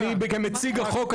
אני גם מציג החוק,